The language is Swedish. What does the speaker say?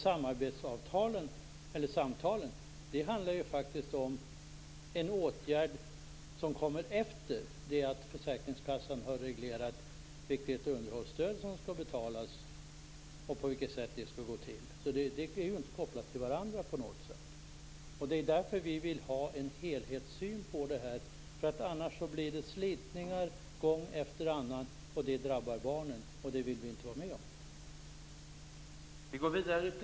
Samarbetssamtalen är faktiskt en åtgärd som kommer efter det att försäkringskassan har reglerat vilket underhållsstöd som skall betalas och på vilket sätt det skall gå till. Det ena är alltså inte på något sätt kopplat till det andra. Det är därför vi vill ha en helhetssyn på det här, för annars blir det slitningar gång efter annan. Det drabbar barnen, och det vill vi inte vara med om.